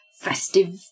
festive